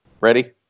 Ready